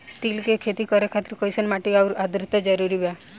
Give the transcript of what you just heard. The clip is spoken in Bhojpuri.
तिल के खेती करे खातिर कइसन माटी आउर आद्रता जरूरी बा?